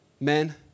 men